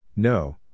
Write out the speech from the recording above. No